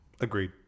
Agreed